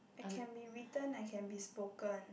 I can be written I can be spoken